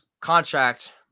contract